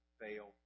fail